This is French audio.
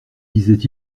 disait